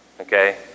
Okay